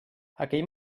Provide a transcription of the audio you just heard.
aquell